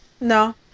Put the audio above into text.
no